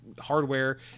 hardware